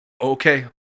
okay